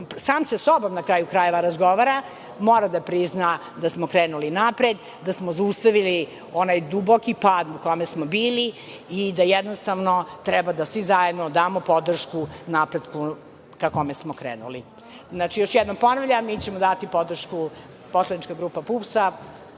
sam sa sobom, na kraju krajeva, razgovara, mora da prizna da smo krenuli napred, da smo zaustavili onaj duboki pad u kojem smo bili i da jednostavno treba da svi zajedno damo podršku napretku ka kome smo krenuli. Znači, još jednom ponavljam, poslanička grupa PUPS-a,